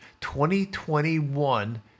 2021